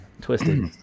Twisted